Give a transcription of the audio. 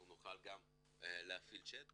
נוכל גם להפעיל צ'ט,